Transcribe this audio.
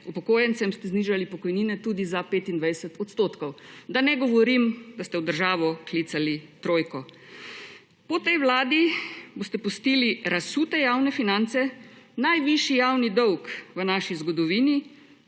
upokojencem ste znižali pokojnine tudi za 25 %, da ne govorim, da ste v državo klicali trojko. Po tej vladi boste pustili razsute javne finance, najvišji javni dolg v naši zgodovini,